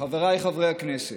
חבריי חברי הכנסת,